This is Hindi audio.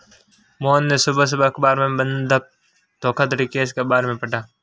मोहन ने सुबह सुबह अखबार में बंधक धोखाधड़ी केस के बारे में पढ़ा